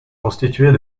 constituées